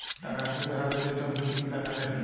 টাকার সুদের হারের যে ছব ঝুঁকি গিলা থ্যাকে